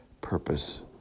purpose